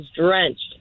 drenched